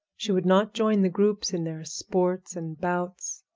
she would not join the groups in their sports and bouts,